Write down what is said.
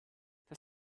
das